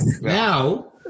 Now